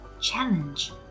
Challenge